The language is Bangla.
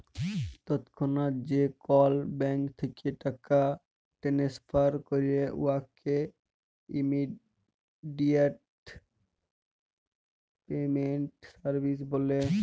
তৎক্ষণাৎ যে কল ব্যাংক থ্যাইকে টাকা টেনেসফার ক্যরে উয়াকে ইমেডিয়াতে পেমেল্ট সার্ভিস ব্যলে